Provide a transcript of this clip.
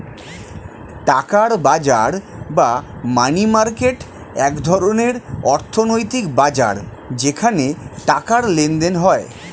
টাকার বাজার বা মানি মার্কেট এক ধরনের অর্থনৈতিক বাজার যেখানে টাকার লেনদেন হয়